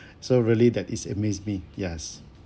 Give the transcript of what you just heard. so really that is amaze me yes